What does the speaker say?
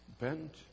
bent